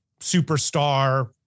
superstar